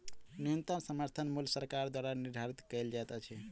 न्यूनतम समर्थन मूल्य सरकार द्वारा निधारित कयल जाइत अछि